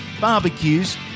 barbecues